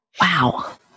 Wow